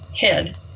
head